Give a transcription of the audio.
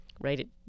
Right